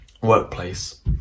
workplace